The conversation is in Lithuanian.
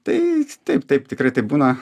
tai taip taip tikrai taip būna